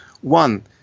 One